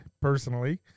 personally